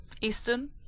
eastern